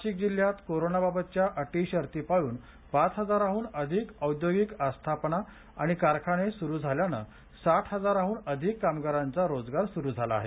नाशिक जिल्ह्यात कोरोनाबाबतच्या अटी शर्तीं पाळून पाच हजाराहून आधिक औद्योगिक आस्थापन आणि कारखाने सुरू झाल्याने साठ हजाराहून अधिक कामगारांचा रोजगार सुरू झाला आहे